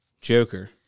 Joker